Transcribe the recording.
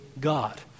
god